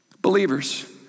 Believers